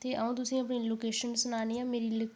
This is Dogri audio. ते अ'ऊं तुसेंगी अपनी लोकेशन सनानी आं मेरी